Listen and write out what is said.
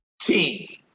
team